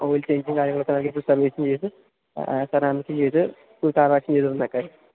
oil ചെയ്ഞ്ചും കാര്യങ്ങളും ഒക്കെ നൽകി സർവീസും ചെയ്ത് സെറാമികും ചെയ്ത് ഫുൾ കാർ വാഷും ചെയ്ത് തന്നേക്കാമായിരുന്നു